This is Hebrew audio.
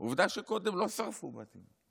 עובדה שקודם לא שרפו בתים.